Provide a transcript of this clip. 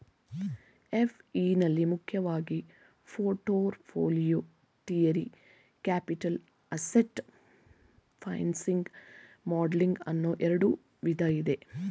FE ನಲ್ಲಿ ಮುಖ್ಯವಾಗಿ portfolio theory, capital asset pricing modelling ಅನ್ನೋ ಎರಡು ವಿಧ ಇದೆ